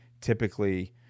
typically